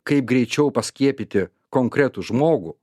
kaip greičiau paskiepyti konkretų žmogų